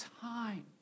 time